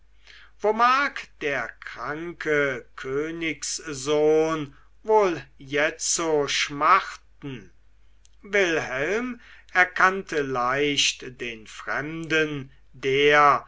mag der kranke königssohn wohl jetzo schmachten wilhelm erkannte leicht den fremden der